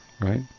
Right